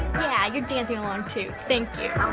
yeah, you're dancing along too. thank you.